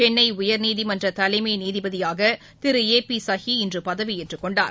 சென்னை உயர்நீதிமன்ற தலைமை நீதிபதியாக திரு ஏ பி கஹி இன்று பதவியேற்று கொண்டார்